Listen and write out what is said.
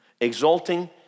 exalting